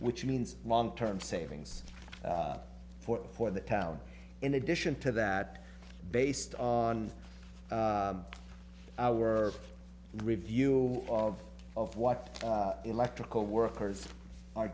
which means long term savings for for the town in addition to that based on our review of of what electrical workers are